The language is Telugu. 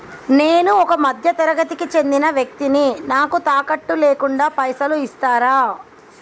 నేను ఒక మధ్య తరగతి కి చెందిన వ్యక్తిని నాకు తాకట్టు లేకుండా పైసలు ఇస్తరా?